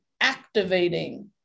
activating